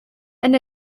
and